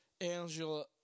Angela